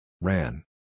Ran